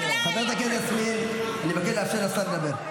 חברת הכנסת יסמין, אני מבקש לאפשר לשר לדבר.